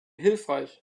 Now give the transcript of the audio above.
hilfreich